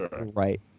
Right